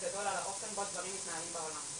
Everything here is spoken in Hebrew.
גדול על האופן בו הדברים מתנהלים בעולם.